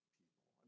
people